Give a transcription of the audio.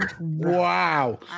Wow